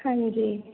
ਹਾਂਜੀ